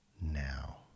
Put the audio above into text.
now